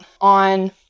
on